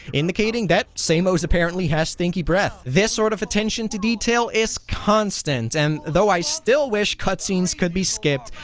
indicating that samos apparently has stinky breath. this sort of attention to detail is constant, and though i still wish cutscenes could be skipped,